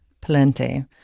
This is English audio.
Plenty